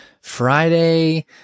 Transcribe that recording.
Friday